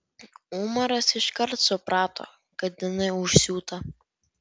umaras iškart suprato kad jinai užsiūta